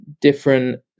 different